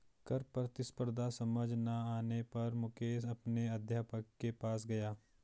कर प्रतिस्पर्धा समझ ना आने पर मुकेश अपने अध्यापक के पास गया